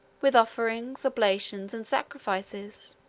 with offerings, oblations, and sacrifices.